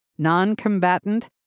non-combatant